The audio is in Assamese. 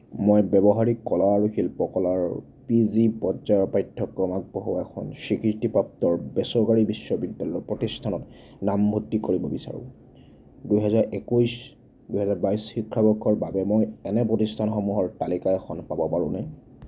মই ব্যৱহাৰিক কলা আৰু শিল্পকলাদ ৰ পি জি পৰ্যায়ৰ পাঠ্যক্ৰম আগবঢ়োৱা এখন স্বীকৃতিপ্ৰাপ্ত বেচৰকাৰী বিশ্ববিদ্যালয় প্ৰতিষ্ঠানত নামভৰ্তি কৰিব বিচাৰোঁ দুহেজাৰ একৈছ দুহেজাৰ বাইছ শিক্ষাবৰ্ষৰ বাবে মই এনে প্ৰতিষ্ঠানসমূহৰ তালিকা এখন পাব পাৰোঁনে